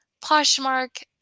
Poshmark